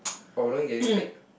oh we're not getting paid